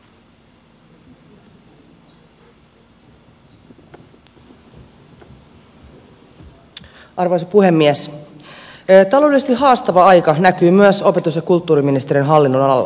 ta loudellisesti haastava aika näkyy myös opetus ja kulttuuriministeriön hallinnonalalla